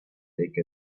take